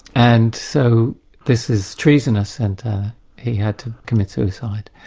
and so this is treasonous and he had to commit suicide.